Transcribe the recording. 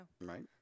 Right